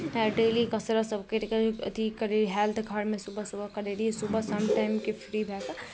daily कसरतसभ करि कऽ अथी करैत हैल्थ घरमे सुबह सुबह करैत रहियै सुबह शाम टाइमके फ्री भए कऽ